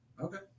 Okay